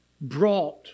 brought